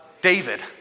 David